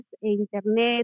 internet